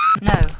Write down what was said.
No